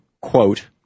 quote